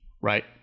right